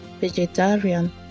vegetarian